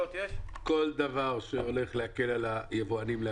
כל דבר שהולך להקל על היבואנים.